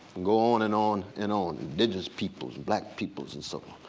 go on and on and on. indigenous peoples, black peoples, and so on.